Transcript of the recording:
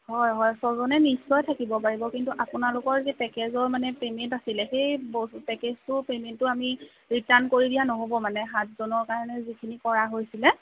হয় হয় ছজনে নিশ্চয় থাকিব পাৰিব কিন্তু আপোনালোকৰ যি পেকেজৰ যি পে'মেন্ট আছিলে সেই ব পেকেজটোৰ পে'মেন্টটো আমি ৰিটাৰ্ণ কৰি দিয়া নহ'ব মানে সাতজনৰ কাৰণে যিখিনি কৰা হৈছিলে